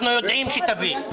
אנחנו יודעים שתביא.